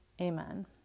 Amen